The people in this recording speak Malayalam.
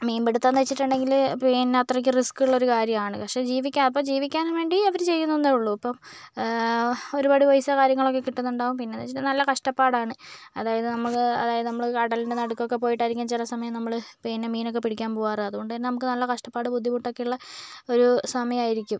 മീൻപിടുത്തമെന്ന് വെച്ചിട്ടുണ്ടെങ്കില് പിന്നെ അത്രക്ക് റിസ്ക്കുള്ളൊരു കാര്യമാണ് പക്ഷെ ജീവിക്കാൻ അപ്പോൾ ജീവിക്കാന് വേണ്ടി അവര് ചെയ്യുന്നെന്നേ ഉള്ളു ഇപ്പം ഒരുപാട് പൈസയും കാര്യങ്ങളൊക്കെ കിട്ടുന്നുണ്ടാവും പിന്നേന്ന് വെച്ചാൽ നല്ല കഷ്ടപ്പാടാണ് അതായത് നമുക്ക് അതായത് നമ്മള് കടലിൻ്റെ നടുക്കൊക്കെ പോയിട്ടായിരിക്കും ചില സമയം നമ്മള് പിന്നെ മീനൊക്കെ പിടിക്കാൻ പോവാറ് അതുകൊണ്ട് തന്നെ നമുക്ക് നല്ല കഷ്ടപ്പാടും ബുദ്ധിമുട്ടുമൊക്കെയുള്ളോരു ഒരു സമയമായിരിക്കും